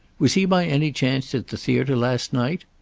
was he by any chance at the theater last night?